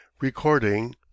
Recording